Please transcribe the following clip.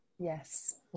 Yes